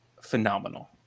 phenomenal